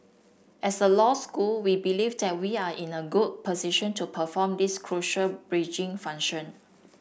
as a law school we believe that we are in a good position to perform this crucial bridging function